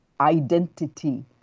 identity